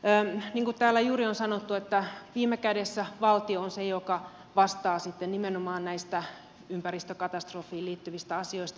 niin kuin täällä juuri on sanottu viime kädessä valtio on se joka vastaa sitten nimenomaan näistä ympäristökatastrofiin liittyvistä asioista